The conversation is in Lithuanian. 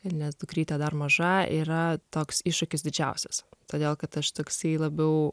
nes dukrytė dar maža yra toks iššūkis didžiausias todėl kad aš toksai labiau